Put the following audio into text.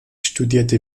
studierte